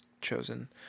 chosen